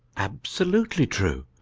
absolutely true.